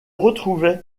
retrouvaient